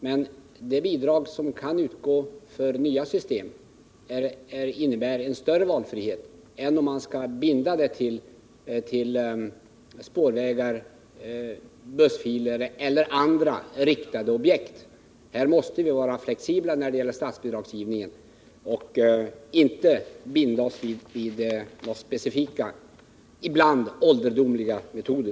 Men det bidrag som kan utgå för nya system innebär en större valfrihet än om man skulle binda bidragen till spårvägar, bussfiler eller andra riktade objekt. Här måste vi vara flexibla i statsbidragsgivningen och inte binda oss vid några specifika ålderdomliga metoder.